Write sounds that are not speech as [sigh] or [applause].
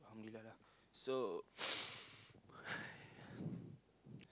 alhamdulillah so [noise]